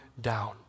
down